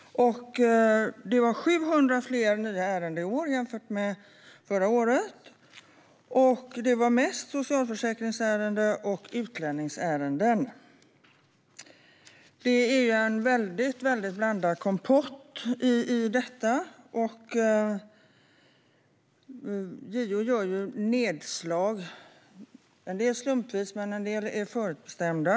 Det var 700 fler nya ärenden i år jämfört med förra året, mest socialförsäkringsärenden och utlänningsärenden. Det är en väldigt blandad kompott, och JO gör nedslag, en del slumpvisa och en del förutbestämda.